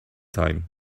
time